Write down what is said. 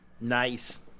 Nice